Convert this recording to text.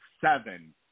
seven